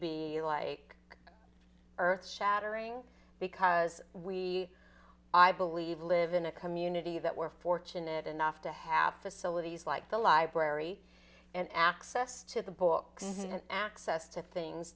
be like earth shattering because we i believe live in a community that we're fortunate enough to have facilities like the library and access to the books and access to things